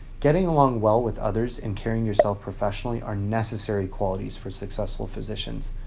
getting along well with others and carrying yourself professionally are necessary qualities for successful physicians.